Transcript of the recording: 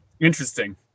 interesting